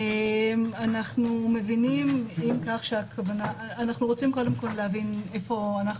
אנחנו רוצים קודם כול להבין איפה אנחנו